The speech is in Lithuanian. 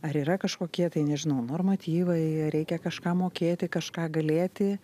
ar yra kažkokie tai nežinau normatyvai ar reikia kažką mokėti kažką galėti